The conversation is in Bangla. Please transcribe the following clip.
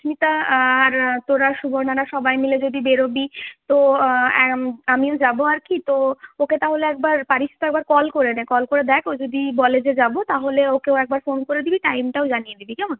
ওই সুস্মিতা আর তোরা সুবর্নারা সবাই মিলে যদি বেরবি তো আমিও যাবো আর কি তো ওকে তাহলে একবার পারিস তো একবার কল করে নে কল করে দেখ ও যদি বলে যে যাবো তাহলে ওকেও একবার ফোন করে দিবি টাইমটাও জানিয়ে দিবি কেমন